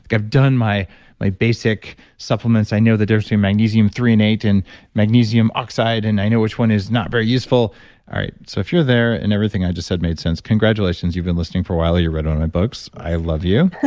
i've done my my basic supplements. i know the difference between magnesium threonate and magnesium oxide and i know which one is not very useful all right, so if you're there and everything i just said made sense, congratulations. you've been listening for a while or you read all my books. i love you.